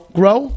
grow